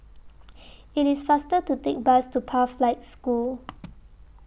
IT IS faster to Take Bus to Pathlight School